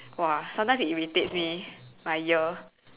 [wah] sometimes it irritates me my ear